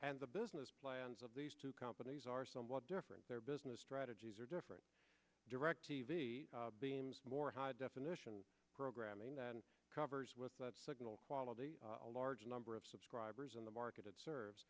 and the business plans of these two companies are somewhat different their business strategies are different direct t v beams more high definition programming that covers with that signal quality a large number of subscribers in the market it serves